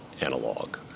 analog